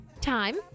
time